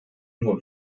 nur